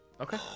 Okay